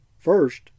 First